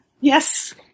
Yes